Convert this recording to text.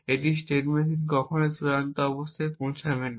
এই স্টেট মেশিনটি কখনই তার চূড়ান্ত অবস্থায় পৌঁছাবে না